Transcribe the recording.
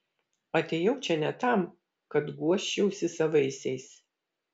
atėjau čia ne tam kad guosčiausi savaisiais